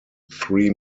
three